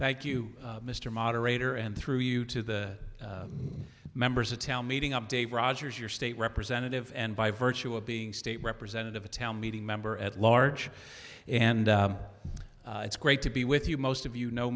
thank you mr moderator and through you to the members of town meeting i'm dave rogers your state representative and by virtue of being state representative a town meeting member at large and it's great to be with you most of you know